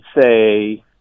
say